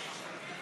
היושבת-ראש,